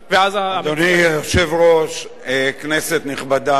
אדוני היושב-ראש, כנסת נכבדה,